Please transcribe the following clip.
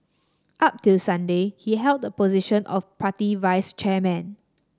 up till Sunday he held the position of party vice chairman